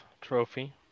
Trophy